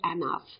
enough